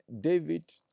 David